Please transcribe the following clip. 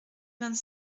vingt